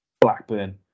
Blackburn